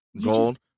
Gold